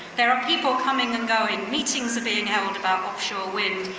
there are people coming and going, meetings are being held about offshore wind,